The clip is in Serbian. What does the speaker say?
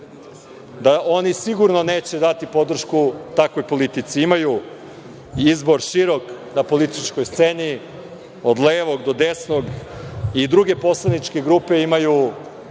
da oni sigurno neće dati podršku takvoj politici. Imaju izbor širok na političkoj sceni od levog do desnog i druge poslaničke grupe imaju